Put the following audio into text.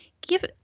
give